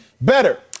better